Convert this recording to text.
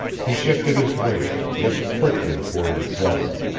he shifted his weight, looked quickly toward his brother.